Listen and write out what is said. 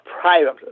private